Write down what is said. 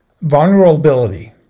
vulnerability